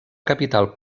capital